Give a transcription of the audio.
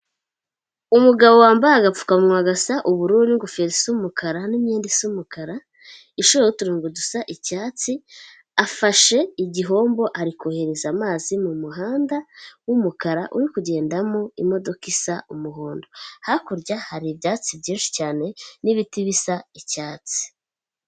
Umugabo wambaye agapfukamunwa gasa ubururu, n'ingofero isa umukara, n'imyenda isa umukara, ishoyeho uturongo dusa icyatsi, afashe igihombo ari kohereza amazi mu muhanda w'umukara, uri kugendamo imodoka isa umuhondo, hakurya hari ibyatsi byinshi cyane n'ibiti bisa icyatsi.